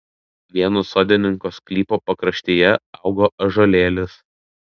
vieno sodininko sklypo pakraštyje augo ąžuolėlis